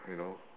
you know